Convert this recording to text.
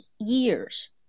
years